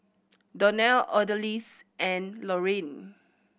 Donell Odalys and Laureen